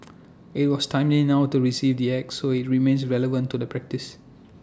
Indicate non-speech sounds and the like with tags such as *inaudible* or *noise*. *noise* IT was timely now to receive the act so IT remains relevant to the practice